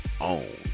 own